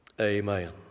Amen